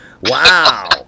Wow